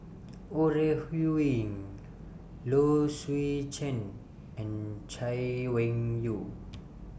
Ore Huiying Low Swee Chen and Chay Weng Yew